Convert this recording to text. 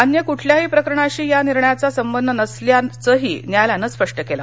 अन्य कृठल्याही प्रकरणाशी या निर्णयाचा संबंध नसल्याघंही न्यायालयानं स्पष्ट केलं